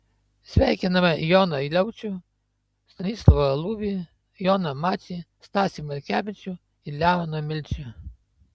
sveikiname joną liaučių bronislovą lubį joną mačį stasį malkevičių ir leoną milčių